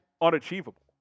unachievable